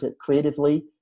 creatively